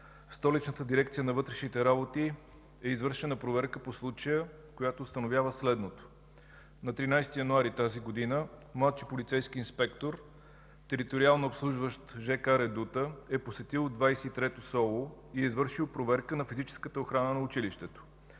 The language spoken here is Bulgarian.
Столичната дирекция на вътрешните работи е извършена проверка по случая, която установява следното. На 13 януари тази година младши полицейски инспектор, териториално обслужващ жк „Редута”, е посетил 23-то СОУ и е извършил проверка на физическата охрана на училището.